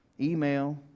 email